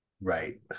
right